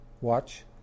Watch